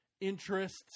interests